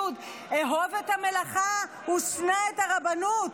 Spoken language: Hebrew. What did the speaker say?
י' "אהוב את המלאכה ושנא את הרבנות".